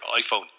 iPhone